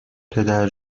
پدر